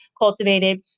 cultivated